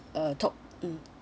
uh talk mmhmm